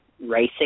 racing